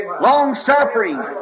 long-suffering